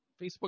Facebook